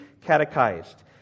catechized